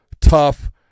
tough